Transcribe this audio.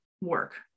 work